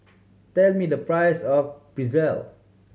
tell me the price of Pretzel